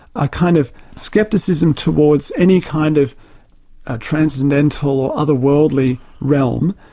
a kind of scepticism towards any kind of ah transcendental, other-worldly realm,